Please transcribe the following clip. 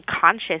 conscious